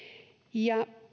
ja